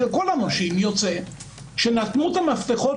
של כל הנושים יוצא שנתנו את המפתחות